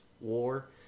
war